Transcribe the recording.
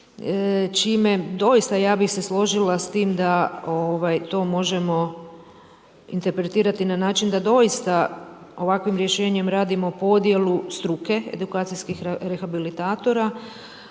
čime doista ja bih se složila s tim da to možemo interpretirati na način da doista ovakvim rješenjem radimo podjelu struke edukacijskih rehabilitatora